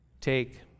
take